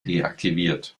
deaktiviert